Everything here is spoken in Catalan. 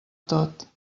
tot